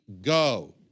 go